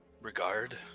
regard